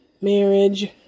marriage